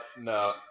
no